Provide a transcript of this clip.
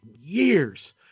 years